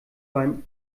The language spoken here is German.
beim